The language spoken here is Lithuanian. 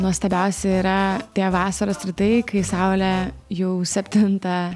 nuostabiausia yra tie vasaros rytai kai saulė jau septintą